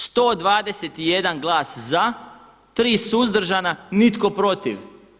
121 glas za, 3 suzdržana, nitko protiv.